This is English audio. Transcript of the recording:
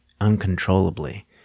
uncontrollably